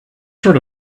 sort